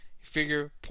Figure